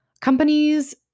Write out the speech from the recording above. Companies